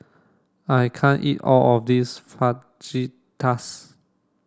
I can't eat all of this Fajitas